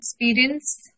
experience